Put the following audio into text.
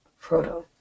Proto